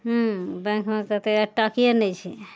हूँ बैंकमे कहतइ आइ टके नहि छै